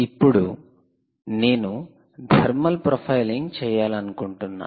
ఇప్పుడు నేను thermal profiling చేయాలనుకుంటున్నాను